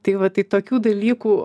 tai va tai tokių dalykų